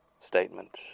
Statement